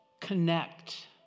connect